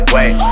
Wait